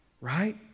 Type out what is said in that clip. right